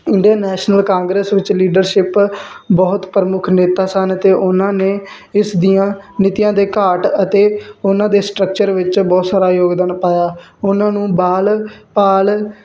Indian National Congress ਵਿੱਚ leadership ਬਹੁਤ ਪ੍ਰਮੁੱਖ ਨੇਤਾ ਸਨ ਅਤੇ ਉਹਨਾਂ ਨੇ ਇਸ ਦੀਆਂ ਨੀਤੀਆਂ ਦੇ ਘਾਟ ਅਤੇ ਉਹਨਾਂ ਦੇ ਸਟਰਕਚਰ ਵਿੱਚ ਬਹੁਤ ਸਾਰਾ ਯੋਗਦਾਨ ਪਾਇਆ ਉਹਨਾਂ ਨੂੰ ਬਾਲ ਪਾਲ